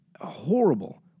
Horrible